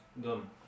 done